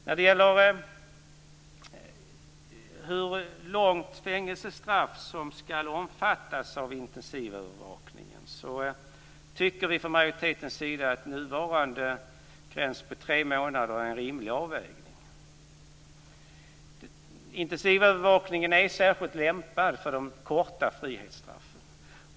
När det gäller hur långt fängelsestraff som skall omfattas av intensivövervakningen tycker vi från majoritetens sida att nuvarande gräns på tre månader är en rimlig avvägning. Intensivövervakningen är särskilt lämpad för de korta frihetsstraffen.